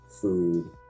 food